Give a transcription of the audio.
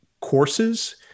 courses